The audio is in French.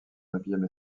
neuvième